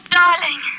darling